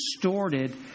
distorted